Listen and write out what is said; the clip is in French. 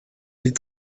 est